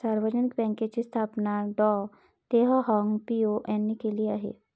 सार्वजनिक बँकेची स्थापना डॉ तेह हाँग पिओ यांनी केली आहे